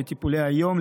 לטיפולי היום,